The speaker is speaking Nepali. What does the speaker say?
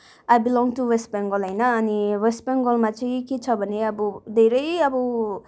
I belong to West Bengal होइन अनि वेस्ट बङ्गालमा चाहिँ के छ भने अब धेरै अब